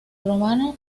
romano